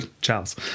Charles